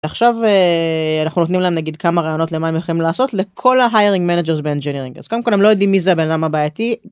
עכשיו אנחנו נותנים להם נגיד כמה רעיונות למה הם הולכים לעשות לכל ההיירינג מאנג'רס באנג'נירינג אז קודם כל הם לא יודעים מי זה הבן אדם הבעייתי.